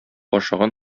ашаган